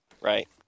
Right